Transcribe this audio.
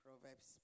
Proverbs